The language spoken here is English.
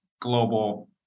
global